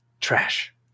Trash